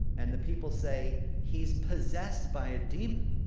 and the people say, he's possessed by a demon!